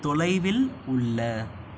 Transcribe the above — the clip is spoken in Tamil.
தொலைவில் உள்ள